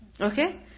Okay